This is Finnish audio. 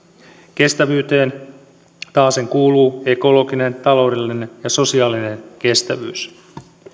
kestävyyteen taasen kuuluu ekologinen taloudellinen ja sosiaalinen kestävyys